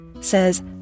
says